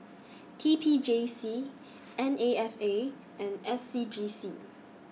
T P J C N A F A and S C G C